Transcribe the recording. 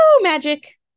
magic